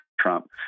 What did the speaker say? Trump